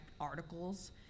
articles